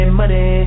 money